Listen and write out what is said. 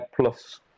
plus